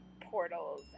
portals